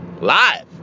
live